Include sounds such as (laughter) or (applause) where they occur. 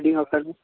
(unintelligible)